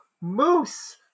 Moose